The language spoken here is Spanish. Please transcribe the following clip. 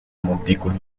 montículo